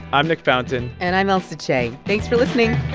i'm nick fountain and i'm ailsa chang. thanks for listening